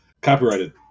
Copyrighted